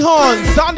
Horns